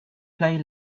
play